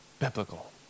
biblical